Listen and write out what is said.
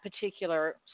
particular